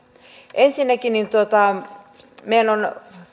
ensinnäkin meidän on